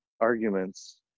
arguments